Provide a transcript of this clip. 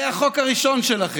בניסוחו הראשון,